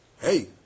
Hey